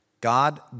God